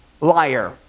liar